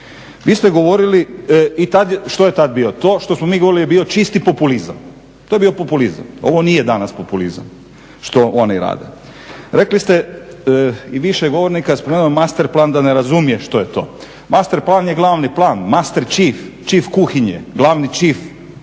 Vi ste govorili i tad, što je tad bilo, to što smo mi govorili je bio čisti populizam, to je bio populizam, ovo nije danas populizam što oni rade. Rekli ste i više govornika je spomenulo Master plan da ne razumije što je to, Master plan je glavni plan, Master chef, chef kuhinje, glavni chef